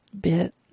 bit